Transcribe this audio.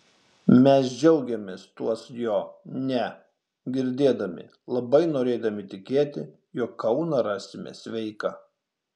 mes džiaugėmės tuos jo ne girdėdami labai norėdami tikėti jog kauną rasime sveiką